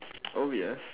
oh yes